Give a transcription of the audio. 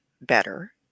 better